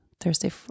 Thursday